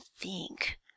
think